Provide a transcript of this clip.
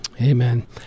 Amen